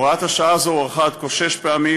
הוראת שעה זו הוארכה עד כה שש פעמים,